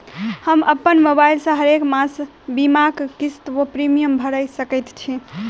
हम अप्पन मोबाइल सँ हरेक मास बीमाक किस्त वा प्रिमियम भैर सकैत छी?